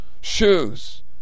shoes